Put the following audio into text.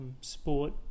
Sport